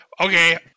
okay